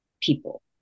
people